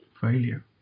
failure